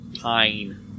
pine